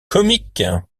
comique